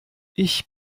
ich